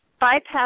bypass